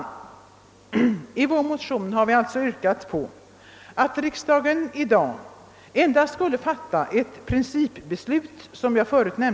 Vi har i vår motion, såsom jag förut nämnt, yrkat att riksdagen i dag endast skulle fatta ett principbeslut.